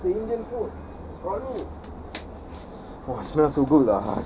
which house the indian food call me